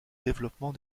développement